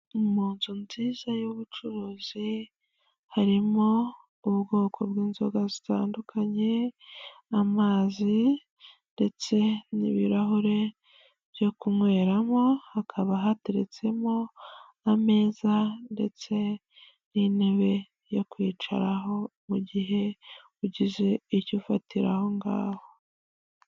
Mu nzu nziza y'ubucuruzi, harimo ubwoko bw'inzoga zitandukanye, amazi ndetse n'ibirahure byo kunyweramo, hakaba hateretsemo ameza ndetse n'intebe yo kwicaraho, mu gihe ugize icyo ufatira aho ngaho.